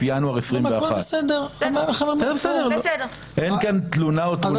ינואר 2021. אין כאן תלונה או טרוניה,